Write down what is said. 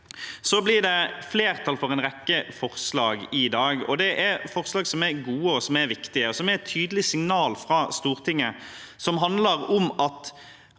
Det blir flertall for en rekke forslag i dag. Det er forslag som er gode og viktige, og som er et tydelig signal fra Stortinget. Det handler om at